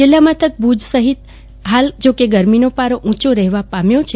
જિલ્લા મથક ભુજ સહિત હાલ જોકે ગરમીનો પારો ઉંચો જ રહેવા પામે છે